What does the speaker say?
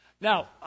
Now